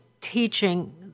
teaching